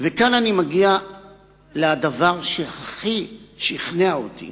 וכאן אני מגיע לדבר שהכי שכנע אותי